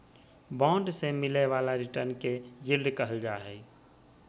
bond से मिलय वाला रिटर्न के यील्ड कहल जा हइ